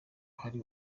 hari